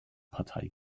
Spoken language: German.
partei